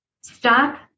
Stop